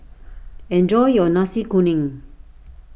enjoy your Nasi Kuning